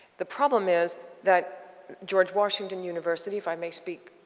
the problem is that george washington university, if i may speak